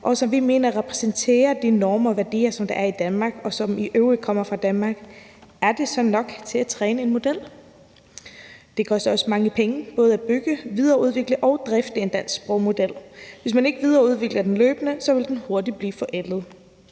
som vi mener repræsenterer de normer og værdier, der er i Danmark, og som i øvrigt kommer fra Danmark, er det så nok til at træne en model? Det koster også mange penge både at bygge, videreudvikle og drifte en dansk sprogmodel. Hvis man ikke videreudvikler den løbende, vil den hurtigt blive forældet.